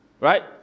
Right